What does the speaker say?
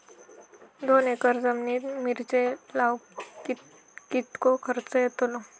दोन एकर जमिनीत मिरचे लाऊक कितको खर्च यातलो?